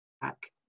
back